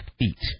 feet